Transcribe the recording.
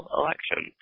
election